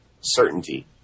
certainty